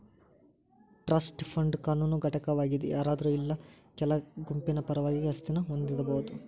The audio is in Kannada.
ಟ್ರಸ್ಟ್ ಫಂಡ್ ಕಾನೂನು ಘಟಕವಾಗಿದ್ ಯಾರಾದ್ರು ಇಲ್ಲಾ ಕೆಲ ಗುಂಪಿನ ಪರವಾಗಿ ಆಸ್ತಿನ ಹೊಂದಬೋದು